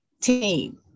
team